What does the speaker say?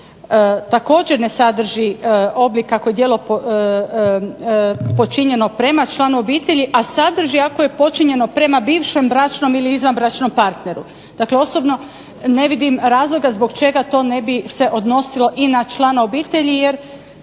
također ne sadrži oblik ako je djelo počinjeno prema članu obitelji, a sadrži ako je počinjeno prema bivšem bračnom ili izvanbračnom partneru. Dakle, osobno ne vidim razloga zbog čega to ne bi se odnosilo i na člana obitelji. Jer